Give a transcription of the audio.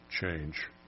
change